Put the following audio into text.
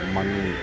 money